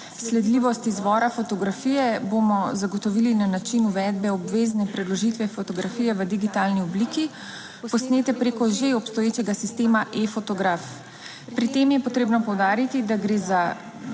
Sledljivost izvora fotografije bomo zagotovili na način uvedbe obvezne predložitve fotografije v digitalni obliki posnete preko že obstoječega sistema e-fotograf. Pri tem je potrebno poudariti, da gre za mehak